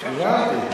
הבנתי.